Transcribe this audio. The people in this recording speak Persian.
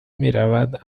میرود